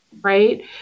Right